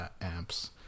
amps